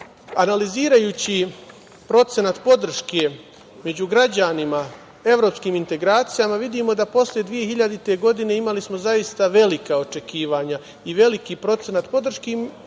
sve. Analizirajući procenat podrške među građanima evropskim integracijama, vidimo da posle 2000. godine imali smo zaista velika očekivanja i veliki procenat podrške